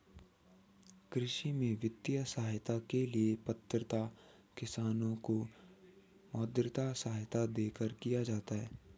कृषि में वित्तीय सहायता के लिए पात्रता किसानों को मौद्रिक सहायता देकर किया जाता है